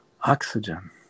oxygen